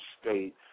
state